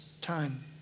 time